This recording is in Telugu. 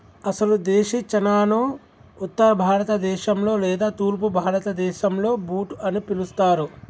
అసలు దేశీ చనాను ఉత్తర భారత దేశంలో లేదా తూర్పు భారతదేసంలో బూట్ అని పిలుస్తారు